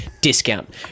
Discount